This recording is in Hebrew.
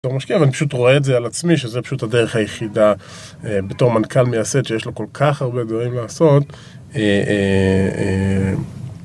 בתור משקיע, אבל אני פשוט רואה את זה על עצמי, שזה פשוט הדרך היחידה בתור מנכל מייסד שיש לו כל כך הרבה דברים לעשות